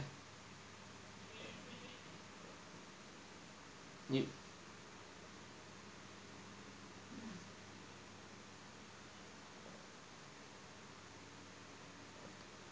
你